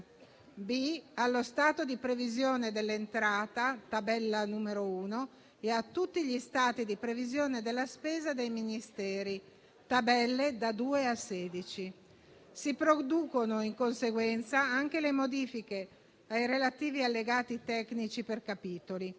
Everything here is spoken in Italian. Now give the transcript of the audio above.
allo stato di previsione dell'entrata, tabella n.1, e a tutti gli stati di previsione della spesa dei Ministeri, tabelle da 2 a 16. Si producono in conseguenza anche le modifiche ai relativi allegati tecnici per capitoli.